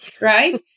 right